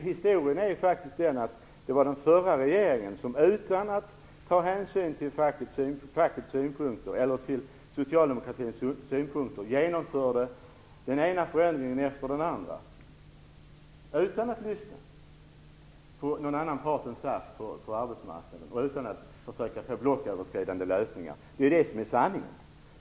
Historien är faktiskt den att den förra regeringen, utan att ta hänsyn till fackets eller Socialdemokraternas synpunkter, genomförde den ena förändringen efter den andra - utan att alltså lyssna på någon annan part på arbetsmarknaden än SAF och utan att försöka få blocköverskridande lösningar. Detta är sanningen.